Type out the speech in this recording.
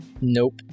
Nope